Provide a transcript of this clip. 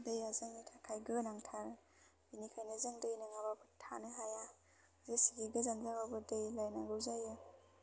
दैया जोंनि थाखाय गोनांथार बेनिखायनो जों दै नोङाबाबो थानो हाया जेसेखि गोजान जाबाबो दै लायनांगौ जायो